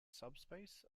subspace